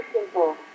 simple